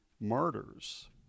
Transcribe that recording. martyrs